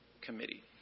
committee